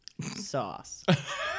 Sauce